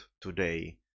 today